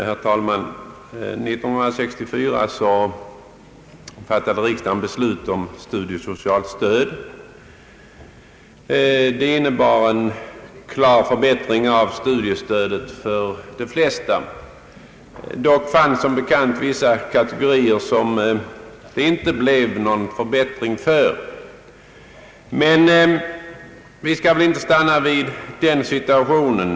Herr talman! 1964 fattade riksdagen beslut om studiesocialt stöd. Det innebar en klar förbättring av studiestödet för de flesta, men som bekant finns det vissa kategorier, för vilka det inte blev någon förbättring. Emellertid skall vi väl inte stanna vid den situationen.